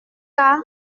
cas